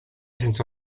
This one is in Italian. senza